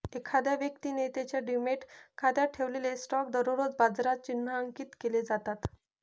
एखाद्या व्यक्तीने त्याच्या डिमॅट खात्यात ठेवलेले स्टॉक दररोज बाजारात चिन्हांकित केले जातात